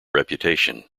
reputation